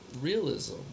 realism